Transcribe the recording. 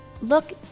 look